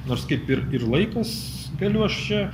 nors kaip ir ir laikas galiu aš čia